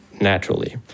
naturally